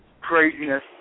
craziness